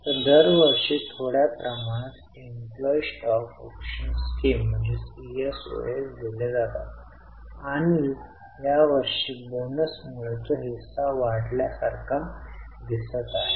तर दरवर्षी थोड्या प्रमाणात Emplyees Stock Option Scheme ESOS दिले जातात आणि यावर्षी बोनस मुळे तो हिस्सा वाढल्यासारखं दिसते आहे